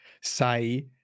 say